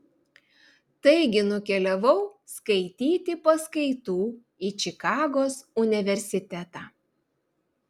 taigi nukeliavau skaityti paskaitų į čikagos universitetą